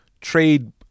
trade